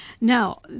Now